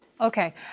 Okay